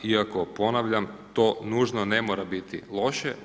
Iako ponavljam, to nužno ne mora biti loše.